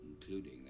Including